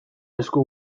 esku